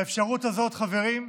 והאפשרות הזאת, חברים,